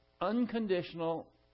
unconditional